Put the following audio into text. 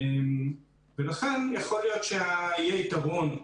ולכן יכול להיות שיהיה יתרון.